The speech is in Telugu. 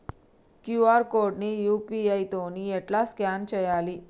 క్యూ.ఆర్ కోడ్ ని యూ.పీ.ఐ తోని ఎట్లా స్కాన్ చేయాలి?